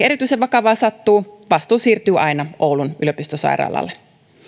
erityisen vakavaa sattuu vastuu siirtyy aina oulun yliopistosairaalalle